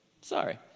Sorry